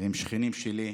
הם שכנים שלי,